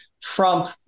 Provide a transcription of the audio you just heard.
Trump